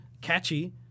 catchy